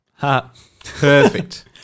Perfect